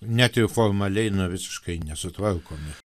net ir formaliai nu visiškai nesutvarkomi